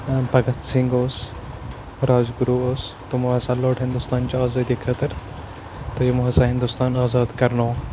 بھگت سِنگھ اوس راج گُروٗ اوس تِمو ہَسا لوٚڑ ہِندُستانچہِ آزٲدی خٲطرٕ تہٕ یِمو ہَسا ہِندُستان آزاد کَرنوو